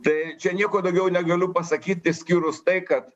tai čia nieko daugiau negaliu pasakyt išskyrus tai kad